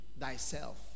thyself